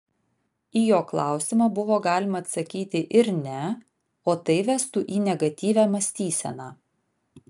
į jo klausimą buvo galima atsakyti ir ne o tai vestų į negatyvią mąstyseną